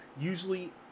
usually